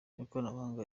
ikoranabunga